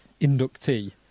inductee